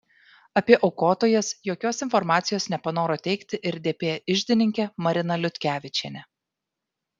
apie aukotojas jokios informacijos nepanoro teikti ir dp iždininkė marina liutkevičienė